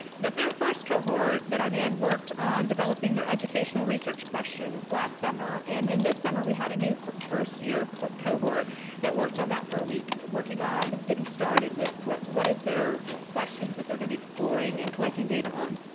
the first cohort that i'm in worked on developing their educational research questions last summer and then this summer we had a new first year cohort cohort that worked on that for a week. working on getting started with what what is their questions that they're gonna be exploring and collecting data on.